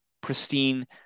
pristine